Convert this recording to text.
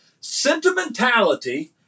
Sentimentality